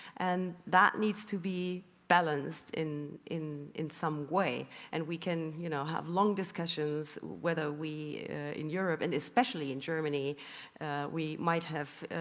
and that needs to be balanced in in some way and we can, you know, have long discussions whether we in europe and especially in germany we might have,